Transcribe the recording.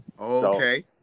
Okay